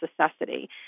necessity